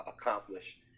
accomplish